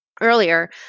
earlier